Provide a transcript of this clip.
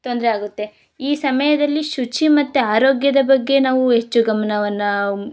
ತೊಂದರೆ ಆಗುತ್ತೆ ಈ ಸಮಯದಲ್ಲಿ ಶುಚಿ ಮತ್ತು ಆರೋಗ್ಯದ ಬಗ್ಗೆ ನಾವು ಹೆಚ್ಚು ಗಮನವನ್ನಾ